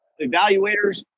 evaluators